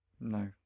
No